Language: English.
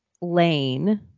lane